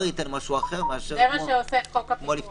פועלים רבות